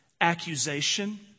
accusation